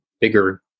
bigger